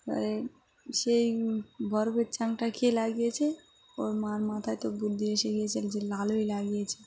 এবারে সেই বরফের চাংটা কে লাগিয়েছে ওর মার মাথায় তো বুদ্ধি এসে গিয়েছে যে লালুই লাগিয়েছে